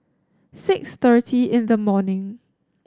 six thirty in the morning